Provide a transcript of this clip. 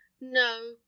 no